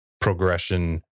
progression